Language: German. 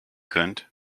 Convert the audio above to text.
könnt